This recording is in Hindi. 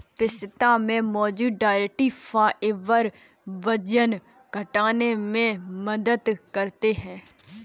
पिस्ता में मौजूद डायट्री फाइबर वजन घटाने में मदद करते है